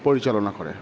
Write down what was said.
পরিচালনা করে